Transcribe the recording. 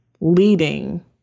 leading